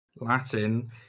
Latin